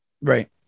Right